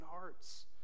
hearts